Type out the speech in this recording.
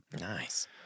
Nice